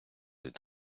від